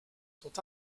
sont